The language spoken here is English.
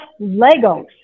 legos